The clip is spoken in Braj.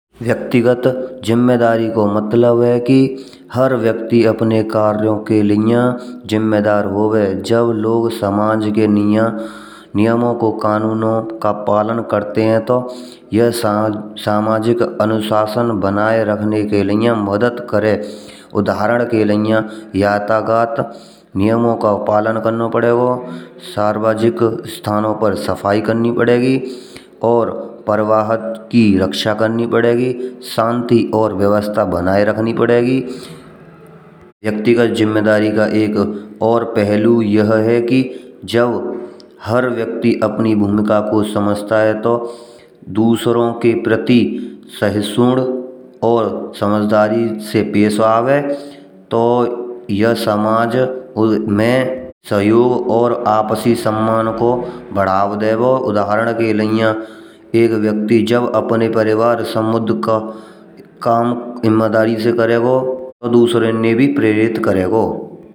व्यक्तिगत जिम्मदारी को मतलब है कि हर व्यक्ति अपने क्रया के लिए जिम्मेदार होवे। जब लोग समाज के नियमों के कानूनों का पालन करते हैं तो यहाँ सामाजिक अनुशासन बनाए रखने के लिए मदद करें। उदाहरण के लिए यातायात नियमों का पालन करना पड़ेगो, सार्वजनिक स्थल पर सफाई करनी पड़ेगी और प्रवाह की रक्षा करनी पड़ेगी, शांति और व्यवस्था बनाए रखनी पड़ेगी। व्यक्तिगत जिम्मेदारी का एक और पहलू यह है कि जब हर व्यक्ति अपनी भूमिका को समझता है। तो दूसरों के प्रति सहिष्णु और समझदारी से पेश आवे तो यहाँ समाज में सहयोग और आपसी सम्मान को बढ़ावा देगा। उदाहरण के लिए एक व्यक्ति जब अपने परिवार समूह का काम जिम्मेदारी से करेगा तो दूसरों को भी प्रेरित करेगा।